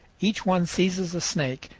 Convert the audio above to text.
each one seizes a snake,